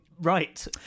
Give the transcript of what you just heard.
right